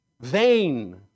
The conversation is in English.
vain